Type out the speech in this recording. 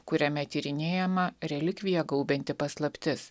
kuriame tyrinėjama relikviją gaubianti paslaptis